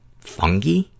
Fungi